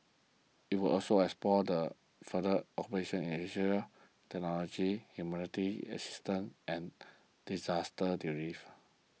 it will also explore further cooperation in Technology assistance and disaster relief